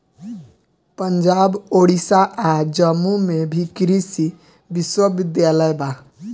पंजाब, ओडिसा आ जम्मू में भी कृषि विश्वविद्यालय बा